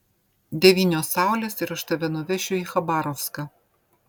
devynios saulės ir aš tave nuvešiu į chabarovską